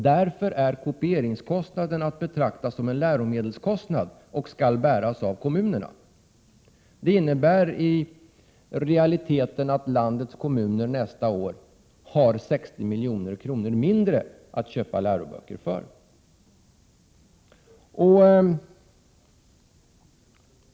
Därför är kopieringskostnaden att betrakta som en läromedelskostnad och skall bäras av kommunerna. Det innebär i realiteten att landets kommuner nästa år har 60 milj.kr. mindre att köpa läroböcker för.